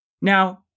Now